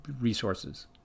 resources